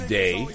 day